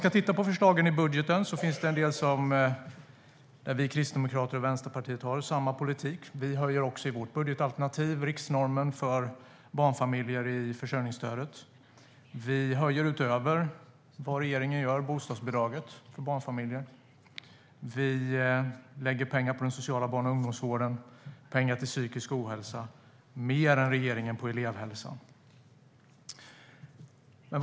Om vi tittar på förslagen i budgeten ser vi att det finns en del förslag där vi kristdemokrater och Vänsterpartiet har samma politik. Vi höjer också i vårt budgetalternativ riksnormen för barnfamiljer i försörjningsstödet. Vi höjer, utöver vad regeringen gör, bostadsbidraget för barnfamiljer. Vi lägger pengar på den sociala barn och ungdomsvården, vi lägger pengar på att bekämpa psykisk ohälsa och vi lägger mer än regeringen på elevhälsan.